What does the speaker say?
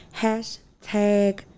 Hashtag